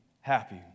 happy